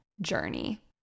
journey